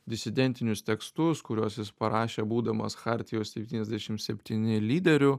disidentinius tekstus kuriuos jis parašė būdamas chartijos septyniasdešim septyni lyderiu